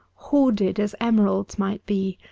hoarded as emeralds might be,